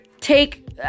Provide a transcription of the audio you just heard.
take